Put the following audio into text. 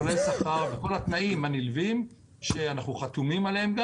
כולל שכר וכל התנאים הנלווים שאנחנו חתומים עליהם.